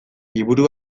liburu